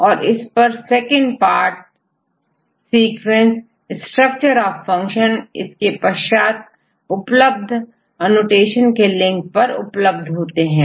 और इस का second part sequence structure of function इसके पश्चात अलग अलग अनुटेशन के लिंक भी उपलब्ध होते हैं